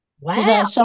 Wow